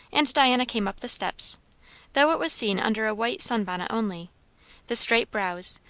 and diana came up the steps though it was seen under a white sun-bonnet only the straight brows,